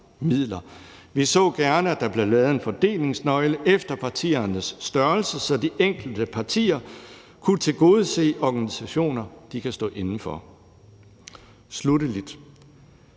Vi så gerne, at der blev lavet en fordelingsnøgle efter partiernes størrelse, så de enkelte partier kunne tilgodese organisationer, de kan stå inde for. Sluttelig